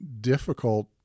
difficult